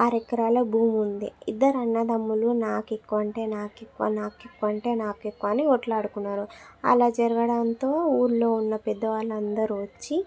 ఆరు ఎకరాల భూమి ఉంది ఇద్దరు అన్నదమ్ములు నాకు ఎక్కువంటే నాకు ఎక్కువ నాకు ఎక్కువంటే నాకు ఎక్కువ అని కొట్లాడుకున్నారు అలా జరగడంతో ఊర్లో ఉన్న పెద్ద వాళ్ళందరూ వచ్చి